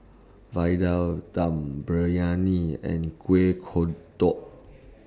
Vadai Dum Briyani and Kueh Kodok